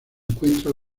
encuentra